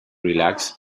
relax